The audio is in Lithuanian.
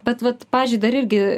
bet vat pavyzdžiui dar irgi